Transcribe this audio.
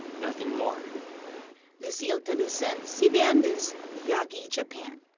nothing more. lucille talusan, cbn news, yagi, japan.